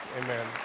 Amen